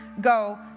go